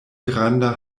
granda